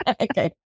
Okay